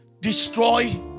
destroy